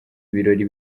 birori